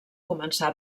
començar